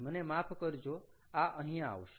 મને માફ કરજો આ અહિયાં આવશે